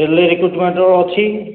railway recruitment ର ଅଛି